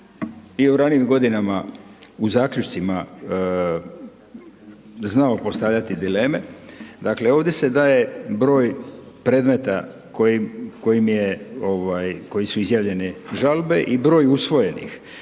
i u ranim godinama, u zaključcima znao postavljati dileme. Dakle ovdje se daje broj predmeta kojim je, kojim su izjavljene žalbe i broj usvojenih,